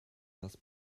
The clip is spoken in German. das